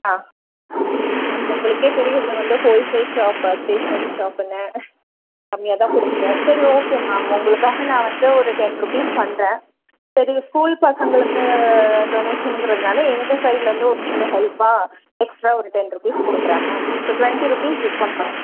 ஆ ma'am உங்களுக்கே தெரியும் இதில் வந்து ஹோல்ஷேல் ஷாப்பு அது ஸ்டேஷ்னரி ஷாப்புன்னு கம்மியாக தான் கொடுப்போம் சரி ஓகே மேம் உங்களுக்காக நான் வந்து ஒரு டென் ருப்பீஸ் பண்ணுறேன் சரி ஸ்கூல் பசங்களுக்கு டொனேஷனுங்கிறதுனால எங்கள் சைடில் இருந்து ஒரு சின்ன ஹெல்ப்பாக எக்ஸ்ட்ரா ஒரு டென் ருப்பீஸ் கொடுக்குறேன் ma'am so twenty rupees discount பண்ணி